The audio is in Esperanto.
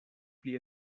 pli